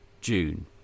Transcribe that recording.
June